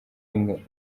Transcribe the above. imwe